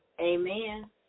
Amen